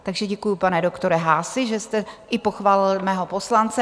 Takže děkuju, pane doktore Haasi, že jste i pochválil mého poslance.